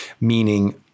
meaning